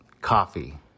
coffee